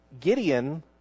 Gideon